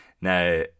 Now